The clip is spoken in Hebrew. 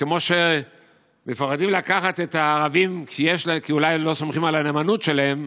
כמו שמפחדים לקחת את הערבים כי אולי לא סומכים על הנאמנות שלהם,